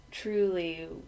truly